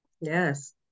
Yes